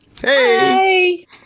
hey